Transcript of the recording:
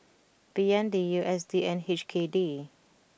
B N D U S D and H K D